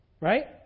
right